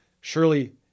surely